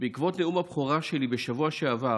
בעקבות נאום הבכורה שלי בשבוע שעבר